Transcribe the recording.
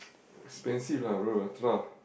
expensive lah bro Ultra